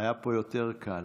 היה פה יותר קל.